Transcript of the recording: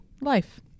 life